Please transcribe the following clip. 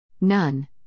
none